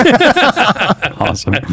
awesome